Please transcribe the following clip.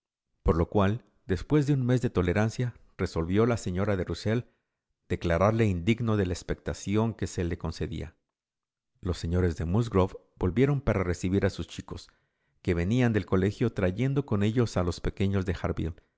por lo cual después de un mes de tolerancia resolvió la señora de rusell declararle indigno de la expectación que se le concedía los señores de musgrove volvieron para recibir a sus chicos que venían del colegio trayendo con ellos a los pequeños de